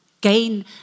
Gain